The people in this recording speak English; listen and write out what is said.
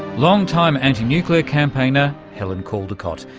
long-time anti-nuclear campaigner helen caldicott,